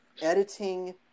editing